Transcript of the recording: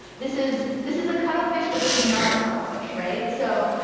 this is this is a cuttlefish, but this is not a cuttlefish, right? so